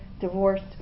divorced